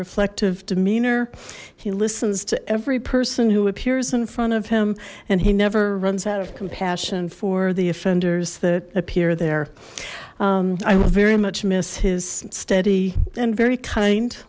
reflective demeanor he listens to every person who appears in front of him and he never runs out of compassion for the offenders that appear there i will very much miss his steady and very kind